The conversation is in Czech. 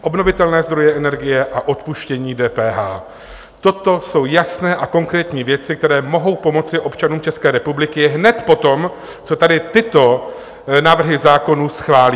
Obnovitelné zdroje energie a odpuštění DPH toto jsou jasné a konkrétní věci, které mohou pomoci občanům České republiky hned po tom, co tady tyto návrhy zákonů schválíme.